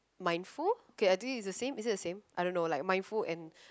mindful okay I think it is the same is it the same I don't know like mindful and